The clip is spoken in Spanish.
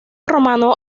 romano